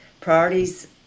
Priorities